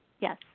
Yes